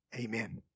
amen